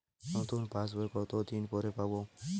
নতুন পাশ বই কত দিন পরে পাবো?